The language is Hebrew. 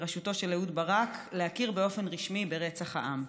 בראשותו של אהוד ברק, להכיר באופן רשמי ברצח העם.